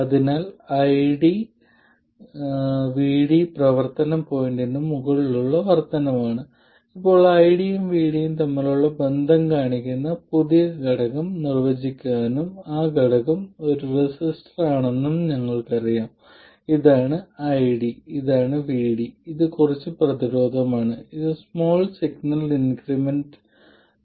നമുക്ക് പ്രവർത്തന പോയിന്റ് ലഭിച്ചുകഴിഞ്ഞാൽ കാര്യങ്ങൾ എളുപ്പമാണ് നമ്മൾ ചെയ്യുന്നത് നോൺ ലീനിയർ ടു പോർട്ട് ഒരു ലീനിയർ ടു പോർട്ട് ഉപയോഗിച്ച് മാറ്റിസ്ഥാപിക്കുക എന്നതാണ്